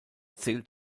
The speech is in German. zählt